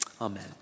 Amen